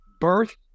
birth